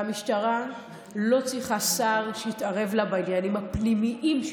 והמשטרה לא צריכה שר שיתערב לה בעניינים הפנימיים שלה.